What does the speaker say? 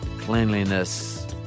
cleanliness